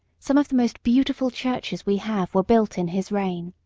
some of the most beautiful churches we have were built in his reign.